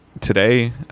today